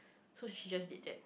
so she just did that